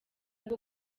bwo